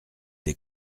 des